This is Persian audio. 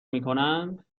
میکنند